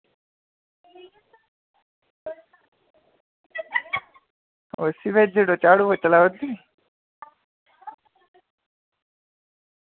उसी भेजी ओड़ेओ झाड़ू पोच्छा लाई ओड़दी